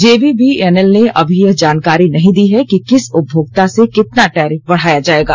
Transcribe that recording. JVBNL ने अभी यह जानकारी नहीं दी है कि किस उपभोक्ता से कितना टैरिफ बढ़ाया जाएगा